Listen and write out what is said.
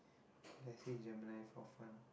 can I say Gemini for fun